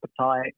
appetite